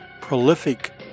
prolific